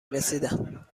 رسیدند